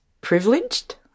privileged